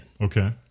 Okay